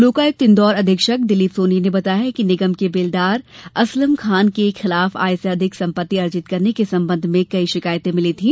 लोकायुक्त इंदौर अधीक्षक दिलीप सोनी ने बताया कि निगम के बेलदार असलम खान के खिलाफ आय से अधिक संपत्ति अर्जित करने के संबंध में कई शिकायत भिली थी